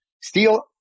steel